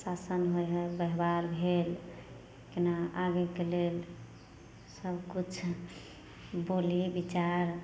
शासन होइ हइ व्यवहार भेल केना आगेके लेल सब किछु बोलिये बिचार